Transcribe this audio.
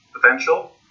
potential